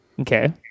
Okay